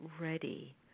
ready